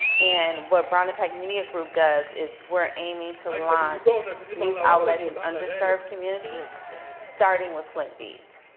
and what brown impact media group does is we're aiming to launch news outlets in under served communities starting with flint beat.